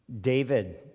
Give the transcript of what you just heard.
David